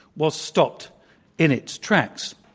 was stopped in its tracks.